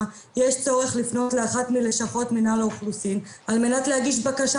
יש צורך לפנות לאחת מלשכות מינהל האוכלוסין על מנת להגיש בקשה,